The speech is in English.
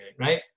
right